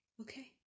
Okay